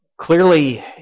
Clearly